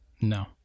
no